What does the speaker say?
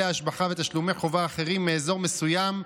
היטלי השבחה ותשלומי חובה אחרים מאזור מסוים,